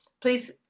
please